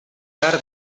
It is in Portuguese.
cara